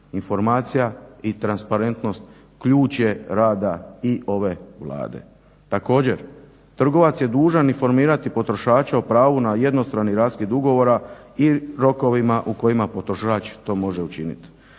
Informacija i transparentnost ključ je rada i ove Vlade. Također, trgovac je dužan informirati potrošače o pravu na jednostrani raskid ugovora i rokovima u kojima potrošač to može učiniti.